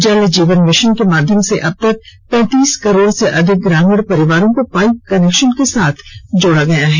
जल जीवन मिशन के माध्यम से अबतक पैंतीस करोड़ से अधिक ग्रामीण परिवारों को पाइप कनेक्शन के साथ जोड़ा गया है